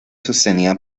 sostenida